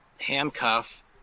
handcuff